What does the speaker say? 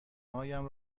هایم